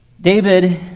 David